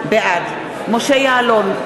בעד משה יעלון,